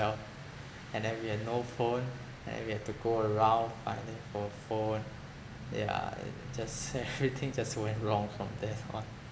and then we have no phone and we have to go around finding for phone yeah just everything just went wrong from there on